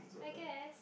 I guess